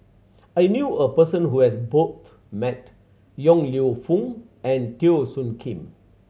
I knew a person who has met Yong Lew Foong and Teo Soon Kim